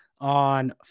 on